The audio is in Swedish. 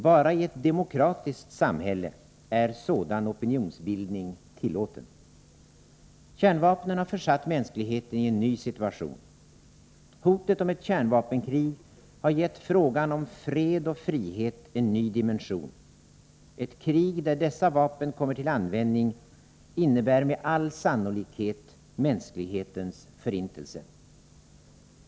Bara i ett demokratiskt samhälle är sådan opinionsbildning tillåten. Kärnvapnen har försatt mänskligheten i en ny situation. Hotet om ett kärnvapenkrig har gett frågan om fred och frihet en ny dimension. Ett krig där dessa vapen kommer till användning innebär med all sannolikhet mänsklighetens förintelse.